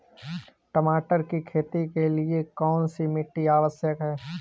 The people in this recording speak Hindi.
मटर की खेती के लिए कौन सी मिट्टी आवश्यक है?